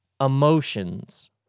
emotions